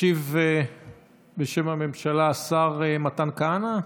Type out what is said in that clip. ישיב בשם הממשלה השר מתן כהנא.